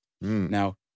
now